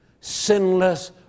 sinless